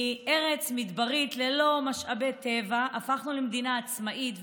מארץ מדברית ללא משאבי טבע הפכנו למדינה עצמאית ותוססת,